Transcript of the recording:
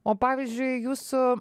o pavyzdžiui jūsų